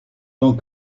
tant